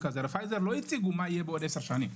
פייזר לא הציגו מה יהיה עוד עשר שנים.